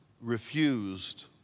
refused